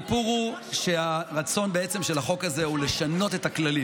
הסיפור הוא שהרצון של החוק הזה הוא לשנות את הכללים